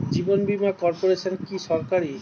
জীবন বীমা কর্পোরেশন কি সরকারি?